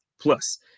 Plus